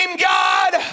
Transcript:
God